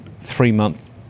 three-month